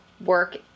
work